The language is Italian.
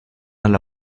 alla